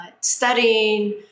studying